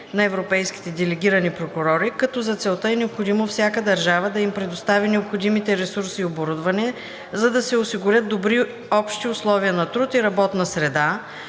на европейските делегирани прокурори, като за целта е необходимо всяка държава да им предостави необходимите ресурси и оборудване, за да се осигурят добри общи условия на труд и работна среда,